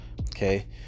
okay